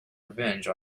revenge